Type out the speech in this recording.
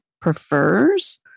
prefers